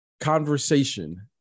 conversation